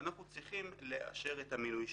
ואנחנו צריכים לאשר את המינוי שלהם.